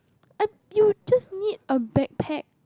and you just need a bag pack